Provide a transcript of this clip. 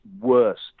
worst